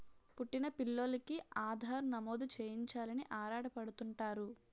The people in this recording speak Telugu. పుట్టిన పిల్లోలికి ఆధార్ నమోదు చేయించాలని ఆరాటపడుతుంటారు